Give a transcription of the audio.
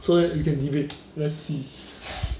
so you can debate let's see